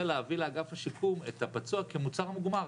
להביא לאגף השיקום את הפצוע כמוצר מוגמר.